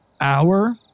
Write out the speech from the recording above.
hour